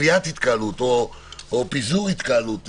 התקהלות או פיזור התקהלות.